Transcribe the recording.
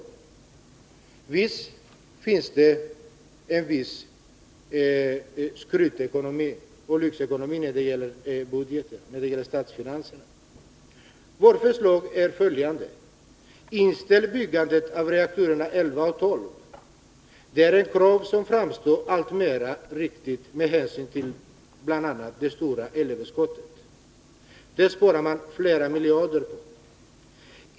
Naturligtvis finns det en viss skrytekonomi och lyxekonomi när det gäller statsfinanserna. Vårt förslag är följande: Inställ byggandet av reaktorerna 11 och 12. Det är ett krav som framstår som alltmera riktigt med hänsyn till bl.a. det stora elöverskottet. Det sparar man flera miljarder på.